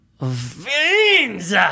veins